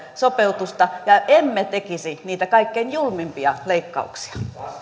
sopeutusta emmekä tekisi niitä kaikkein julmimpia leikkauksia